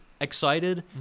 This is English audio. excited